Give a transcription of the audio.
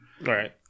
right